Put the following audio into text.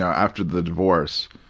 after the divorce.